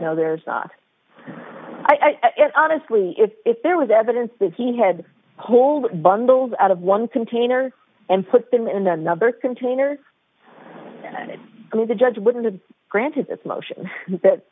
you know there's not i honestly if there was evidence that he had called bundles out of one container and put them in another container then it the judge wouldn't have granted this motion that